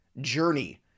journey